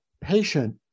patient